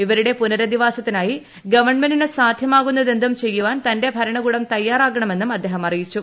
ഇവരുടെ പുരധിവാസത്തിനായി ഗവണ്ണ്മെന്റിനു സാധ്യമാകുന്നതെന്തും ചെയ്യാൻ തന്റെ ഭരണകൂട്ട് ത്യ്യാറാകണമെന്നും അദ്ദേഹം അറിയിച്ചു